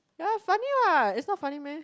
ya funny what it's not funny meh